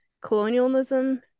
colonialism